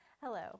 Hello